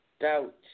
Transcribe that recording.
doubt